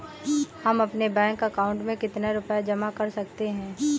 हम अपने bank account में कितने रुपये जमा कर सकते हैं?